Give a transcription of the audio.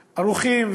ערוכים,